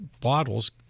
bottles